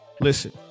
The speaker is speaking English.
Listen